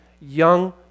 young